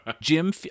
Jim